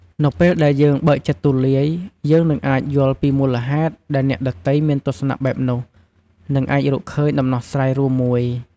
នៅពេលដែលយើងបើកចិត្តទូលាយ យើងនឹងអាចយល់ពីមូលហេតុដែលអ្នកដទៃមានទស្សនៈបែបនោះ និងអាចរកឃើញដំណោះស្រាយរួមមួយ។